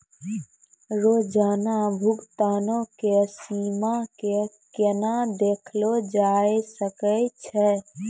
रोजाना भुगतानो के सीमा के केना देखलो जाय सकै छै?